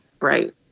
Right